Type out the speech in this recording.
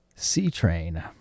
C-Train